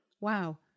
wow